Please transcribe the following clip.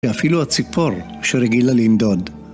ואפילו הציפור שרגילה לנדוד.